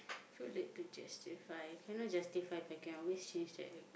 so late to justify cannot justify but can always change that right